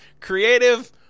creative